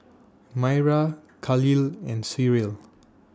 Myra Khalil and Cyril